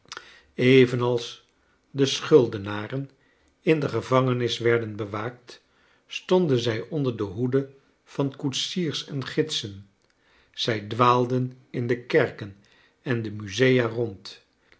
evenals de schuldenaren in de gevangenis werden bewaakt stonden zij onder de hoede van koetsiers en gidsen zij dwaalden in de kerken en de musea rond